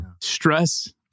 Stress